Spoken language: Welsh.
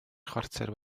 chwarter